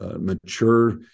mature